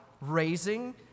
raising